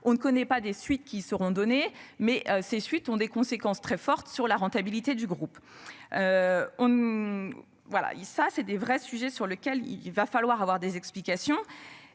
on ne connaît pas des suites qui seront données mais ces suite ont des conséquences très forte sur la rentabilité du groupe. On ne. Voilà et ça c'est des vrais sujets sur lequel il va falloir avoir des explications.